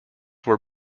were